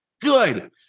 Good